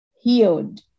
healed